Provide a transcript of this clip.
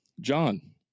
John